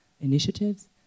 initiatives